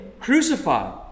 crucified